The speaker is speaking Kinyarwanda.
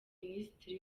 minisitiri